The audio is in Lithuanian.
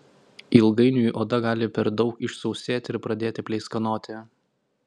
ilgainiui oda gali per daug išsausėti ir pradėti pleiskanoti